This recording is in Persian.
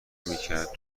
میکرد